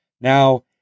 Now